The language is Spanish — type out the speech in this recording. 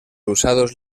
usados